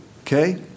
Okay